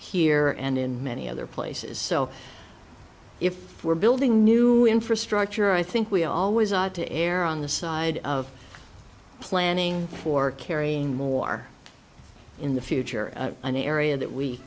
here and in many other places so if we're building new infrastructure i think we always to err on the side of planning for carrying more in the future an area that we